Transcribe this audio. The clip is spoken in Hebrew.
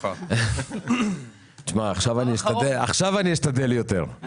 עכשיו אני אשתדל יותר.